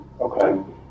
Okay